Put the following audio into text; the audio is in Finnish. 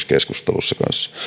keskustelussa